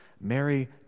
Mary